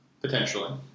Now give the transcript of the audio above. potentially